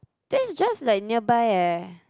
then it's just like nearby eh